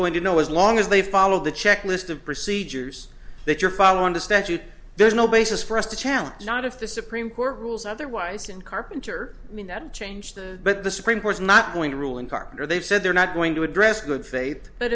going to know as long as they follow the checklist of procedures that you're following the statute there's no basis for us to challenge not if the supreme court rules otherwise and carpenter i mean that changed but the supreme court's not going to rule in carter they've said they're not going to address good faith but